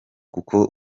kuko